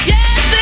Yes